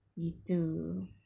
gitu